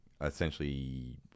essentially